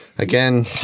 Again